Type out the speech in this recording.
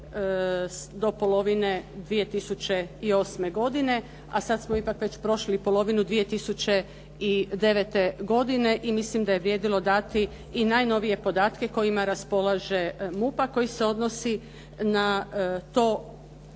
do polovine 2008. godine a sad smo ipak već prošli polovinu 2009. godine i mislim da je vrijedilo dati i najnovije podatke kojima raspolaže MUP a koji se odnosi na to